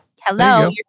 hello